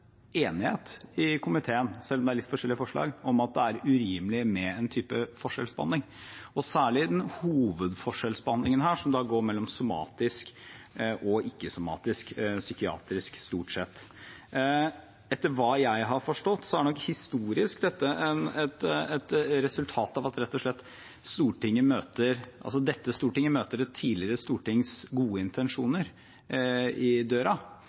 enighet i komiteen, selv om det er litt forskjellige forslag, om at det er urimelig med en type forskjellsbehandling, og særlig hovedforskjellsbehandlingen her, som stort sett går mellom somatisk og ikke-somatisk/psykiatrisk. Etter hva jeg har forstått, er nok dette historisk et resultat av at dette stortinget rett og slett møter et tidligere stortings gode intensjoner i døra.